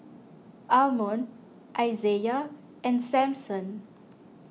Almon Isiah and Samson